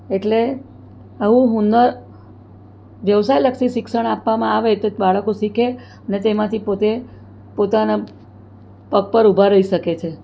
એટલે આવું હુનર વ્યવસાયલક્ષી શિક્ષણ આપવામાં આવે તો બાળકો શીખે ને તેમાંથી પોતે પોતાના પગ પર ઉભા રહી શકે છે